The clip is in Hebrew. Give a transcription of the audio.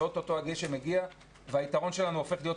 שאוטוטו הגשם מגיע והיתרון שלנו הופך להיות חיסרון.